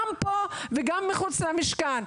גם פה וגם מחוץ למשכן,